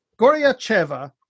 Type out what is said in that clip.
Goryacheva